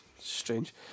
strange